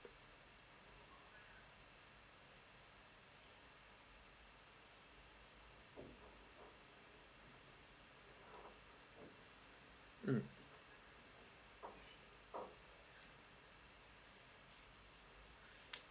mm